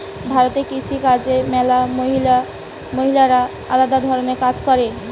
ভারতে কৃষি কাজে ম্যালা মহিলারা আলদা ধরণের কাজ করে